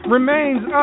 Remains